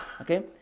Okay